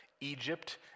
Egypt